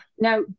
Now